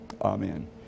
Amen